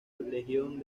legión